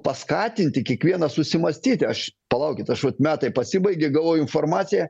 paskatinti kiekvieną susimąstyti aš palaukit aš vat metai pasibaigė gavau informaciją